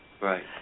Right